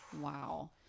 wow